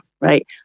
right